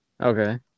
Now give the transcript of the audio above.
Okay